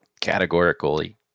categorically